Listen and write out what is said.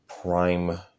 prime